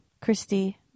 Christy